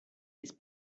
his